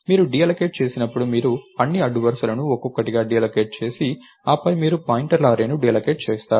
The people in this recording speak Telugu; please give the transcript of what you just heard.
మీరు డీఅల్లోకేట్ చేసినప్పుడు మీరు అన్ని అడ్డు వరుసలను ఒక్కొక్కటిగా డీఅల్లోకేట్ చేసి ఆపై మీరు పాయింటర్ల అర్రేని డీఅల్లోకేట్ చేస్తారు